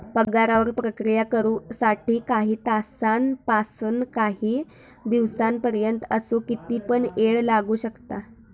पगारावर प्रक्रिया करु साठी काही तासांपासानकाही दिसांपर्यंत असो किती पण येळ लागू शकता